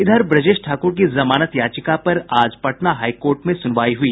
इधर ब्रजेश ठाकुर की जमानत याचिका पर आज पटना हाईकोर्ट में सुनवाई हुई